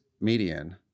median